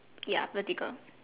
ya vertical